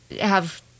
have-